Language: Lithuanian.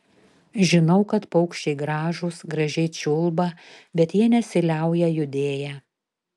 žinau kad paukščiai gražūs gražiai čiulba bet jie nesiliauja judėję